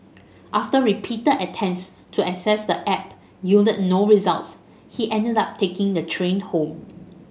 after repeated attempts to access the app yielded no results he ended up taking the train home